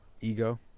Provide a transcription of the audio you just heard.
ego